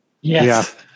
yes